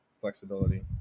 flexibility